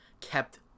kept